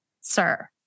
sir